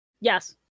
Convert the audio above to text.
Yes